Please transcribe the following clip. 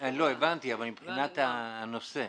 הבנתי, אבל מבחינת הנושא.